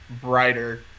brighter